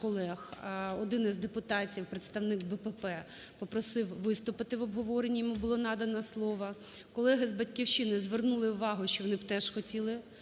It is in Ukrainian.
один із депутатів, представник БПП, попросив виступити в обговоренні, йому надано було слово. Колеги з "Батьківщини" звернули увагу, що вони б теж хотіли обговорити